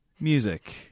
music